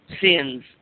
Sins